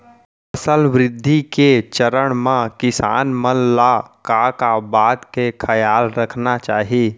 फसल वृद्धि के चरण म किसान मन ला का का बात के खयाल रखना चाही?